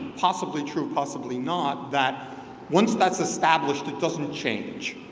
possibly true, possibly not, that once that's established, it doesn't change.